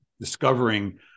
discovering